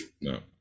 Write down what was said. No